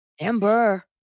Amber